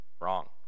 Wrong